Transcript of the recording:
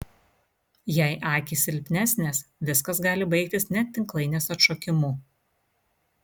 jei akys silpnesnės viskas gali baigtis net tinklainės atšokimu